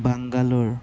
Bangalore